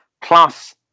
plus